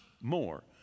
more